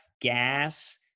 gas